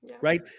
right